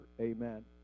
Amen